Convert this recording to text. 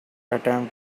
attempt